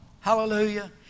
hallelujah